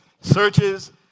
Searches